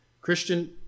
Christian